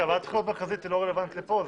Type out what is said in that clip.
ועדת בחירות המרכזית לא רלוונטית לכאן.